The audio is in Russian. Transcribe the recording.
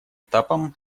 этапом